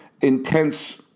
intense